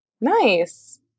Nice